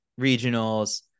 regionals